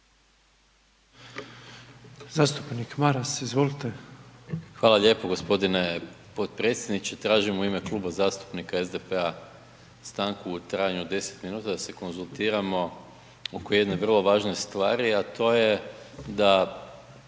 **Maras, Gordan (SDP)** Hvala lijepo g. potpredsjedniče, tražim u ime Kluba zastupnika SDP-a stanku u trajanju od 10 minuta da se konzultiramo oko jedne vrlo važne stvari a to je da